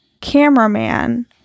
cameraman